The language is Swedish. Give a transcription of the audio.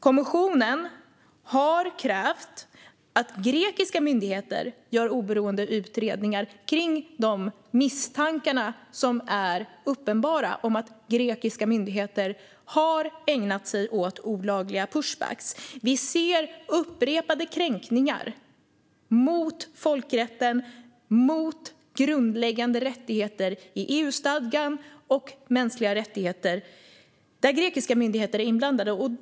Kommissionen har krävt att grekiska myndigheter gör oberoende utredningar av de uppenbara misstankarna om att grekiska myndigheter ägnat sig åt olagliga pushbacks. Men grekiska myndigheter är inblandade i upprepade kränkningar av folkrätten, grundläggande rättigheter i EU-stadgan och mänskliga rättigheter.